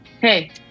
hey